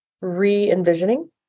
re-envisioning